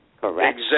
correct